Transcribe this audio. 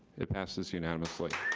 it passes unanimously.